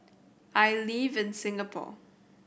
I live in Singapore